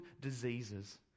diseases